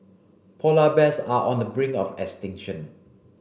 polar bears are on the brink of extinction